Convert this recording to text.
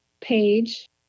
page